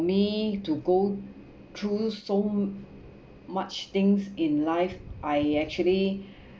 me to go through so much things in life I actually